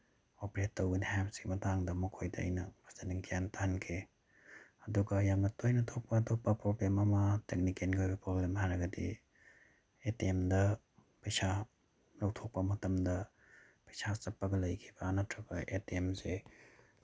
operate ꯇꯧꯒꯅꯤ ꯍꯥꯏꯕꯁꯤꯒꯤ ꯃꯇꯥꯡꯗ ꯃꯈꯣꯏꯗ ꯑꯩꯅ ꯐꯖꯅ ꯒ꯭ꯌꯥꯟ ꯇꯥꯍꯟꯈꯤ ꯑꯗꯨꯒ ꯌꯥꯝꯅ ꯇꯣꯏꯅ ꯊꯣꯛꯄ ꯑꯇꯣꯞꯄ ꯄ꯭ꯔꯣꯕ꯭ꯂꯦꯝ ꯑꯃ ꯇꯦꯛꯅꯤꯀꯦꯜꯒꯤ ꯑꯣꯏꯕ ꯄ꯭ꯔꯣꯕ꯭ꯂꯦꯝ ꯍꯥꯏꯔꯒꯗꯤ ꯑꯦ ꯇꯤ ꯑꯦꯝꯗ ꯄꯩꯁꯥ ꯂꯧꯊꯣꯛꯄ ꯃꯇꯝꯗ ꯄꯩꯁꯥ ꯆꯞꯄꯒ ꯂꯩꯈꯤꯕ ꯅꯠꯇ꯭ꯔꯒ ꯑꯦ ꯇꯤ ꯑꯦꯝꯁꯦ